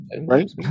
Right